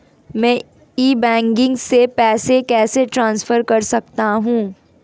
मैं e banking से पैसे कैसे ट्रांसफर कर सकता हूं?